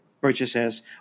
purchases